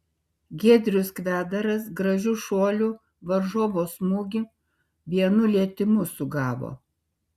giedrius kvedaras gražiu šuoliu varžovo smūgį vienu lietimu sugavo